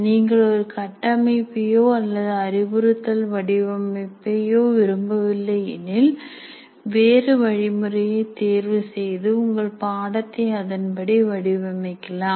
நீங்கள் ஒரு கட்டமைப்பையோ அல்லது அறிவுறுத்தல் வடிவமைப்பை விரும்பவில்லை எனில் வேறு வழிமுறையை தேர்வு செய்து உங்கள் பாடத்தை அதன்படி வடிவமைக்கலாம்